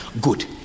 Good